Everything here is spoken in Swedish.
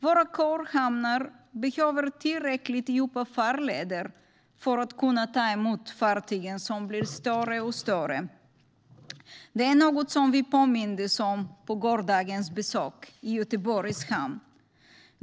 Våra core-hamnar behöver tillräckligt djupa farleder för att kunna ta emot fartygen som blir större och större. Det är något som vi påmindes om vid gårdagens besök i Göteborgs hamn.